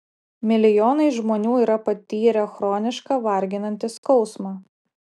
milijonai žmonių yra patyrę chronišką varginantį skausmą